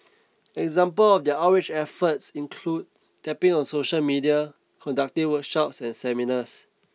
examples of their outreach efforts include tapping on social media conducting workshops and seminars